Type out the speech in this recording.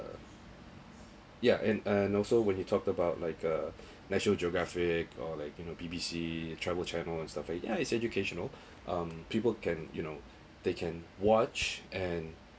yeah and uh and also when he talked about like uh national geographic or like you know B_B_C travel channel and stuff yeah it's educational um people can you know they can watch and